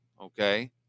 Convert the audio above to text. Okay